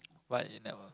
what you never